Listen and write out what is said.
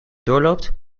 doorloopt